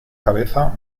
cabeza